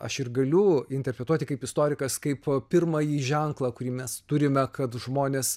aš ir galiu interpretuoti kaip istorikas kaip pirmąjį ženklą kurį mes turime kad žmonės